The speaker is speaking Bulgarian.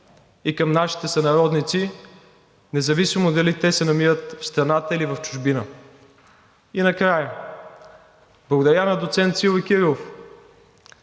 и към нашите сънародници независимо дали се намират в страната, или в чужбина. И накрая, благодаря на доцент Силви Кирилов,